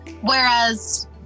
whereas